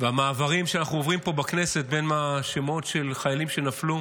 והמעברים שאנחנו עוברים פה בכנסת בין השמות של חיילים שנפלו